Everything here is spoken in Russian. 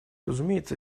разумеется